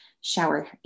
shower